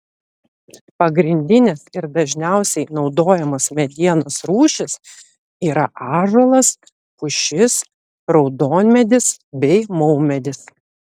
pagrindinės ir dažniausiai naudojamos medienos rūšys yra ąžuolas pušis raudonmedis bei maumedis